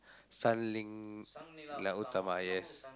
Sang Ling~ Nila Utama yes